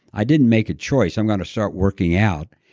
i didn't make a choice. i'm going to start working out.